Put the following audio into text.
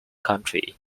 country